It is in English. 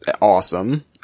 awesome